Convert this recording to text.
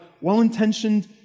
well-intentioned